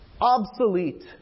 obsolete